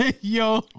Yo